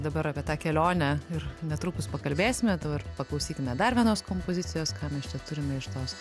dabar apie tą kelionę ir netrukus pakalbėsime dabar paklausykime dar vienos kompozicijos ką mes čia turime iš tos